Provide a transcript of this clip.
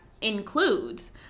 includes